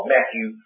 Matthew